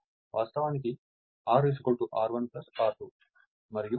వాస్తవానికి R R1 R2 మరియు X X1 X2